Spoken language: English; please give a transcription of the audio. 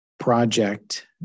project